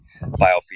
biofeedback